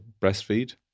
breastfeed